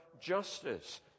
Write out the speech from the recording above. justice